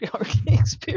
experience